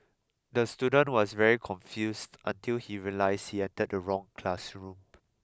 the student was very confused until he realised he entered the wrong classroom